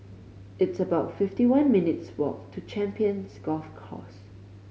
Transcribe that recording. it's about fifty one minutes' walk to Champions Golf Course